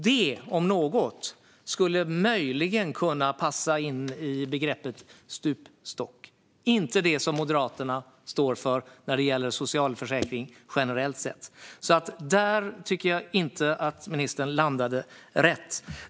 Det, om något, skulle möjligen kunna passa in i begreppet stupstock - inte det som Moderaterna står för när det gäller socialförsäkring generellt sett. Där tycker jag inte att ministern landade rätt.